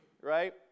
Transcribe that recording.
right